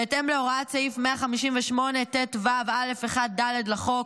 בהתאם להוראת סעיף 158טו(א)(1)(ד) לחוק,